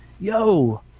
yo